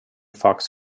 fox